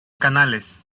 canales